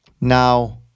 now